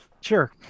Sure